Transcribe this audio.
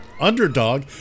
underdog